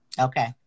Okay